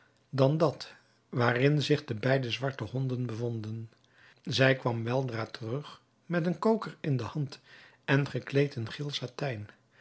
dan dat waarin zich de beide zwarte honden bevonden zij kwam weldra terug met een koker in de hand en gekleed in geel satijn